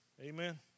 Amen